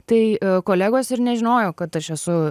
tai kolegos ir nežinojo kad aš esu